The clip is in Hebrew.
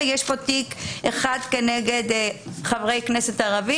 ותיק אחד כנגד חברי כנסת ערבים.